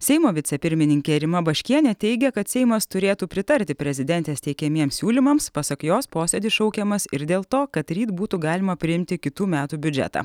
seimo vicepirmininkė rima baškienė teigia kad seimas turėtų pritarti prezidentės teikiamiems siūlymams pasak jos posėdis šaukiamas ir dėl to kad ryt būtų galima priimti kitų metų biudžetą